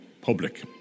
public